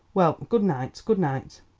well, good-night good-night.